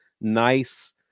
nice